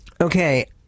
Okay